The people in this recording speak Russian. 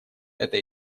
это